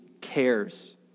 cares